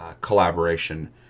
collaboration